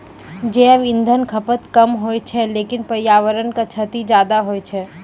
जैव इंधन खपत कम होय छै लेकिन पर्यावरण क क्षति ज्यादा होय छै